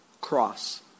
cross